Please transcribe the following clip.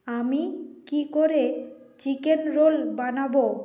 আমি কী করে চিকেন রোল বানাবো